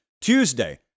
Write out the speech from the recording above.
Tuesday